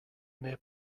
near